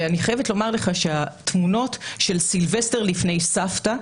אני חייבת לומר לך שהתמונות של סילבסטר לפני סבתא,